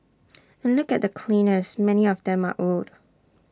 and look at the cleaners many of them are old